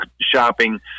shopping